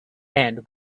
and